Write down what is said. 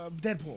Deadpool